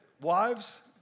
wives